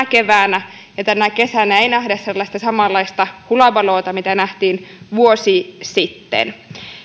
keväänä ja tänä kesänä ei nähdä sellaista samanlaista hulabaloota kuin nähtiin vuosi sitten